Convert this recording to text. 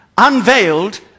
Unveiled